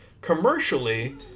commercially